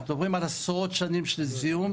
אנחנו מדברים על עשרות שנים של זיהום.